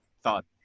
thought